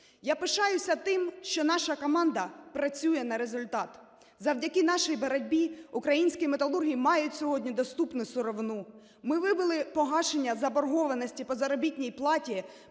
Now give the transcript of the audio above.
Я пишаюся тим, що наша команда працює на результат. Завдяки нашій боротьбі українські металурги мають сьогодні доступну сировину. Ми вивели погашення заборгованості по заробітній платі